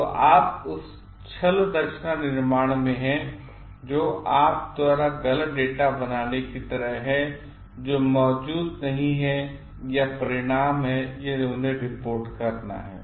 तो आप उस छलरचना निर्माण में हैं जो आप द्वारा गलत डेटा बनाने की तरह है जो मौजूद नहीं है या परिणाम या उन्हें रिपोर्ट करना है